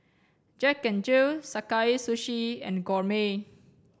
Jack N Jill Sakae Sushi and Gourmet